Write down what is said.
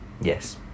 Yes